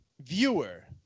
viewer